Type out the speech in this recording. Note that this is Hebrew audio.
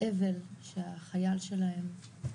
אבל שהחייל שלהם,